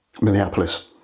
Minneapolis